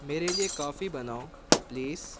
میرے لیے کافی بناؤ پلیز